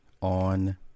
on